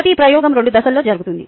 ప్రతి ప్రయోగం 2 దశల్లో జరుగుతుంది